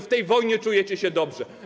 W tej wojnie czujecie się dobrze.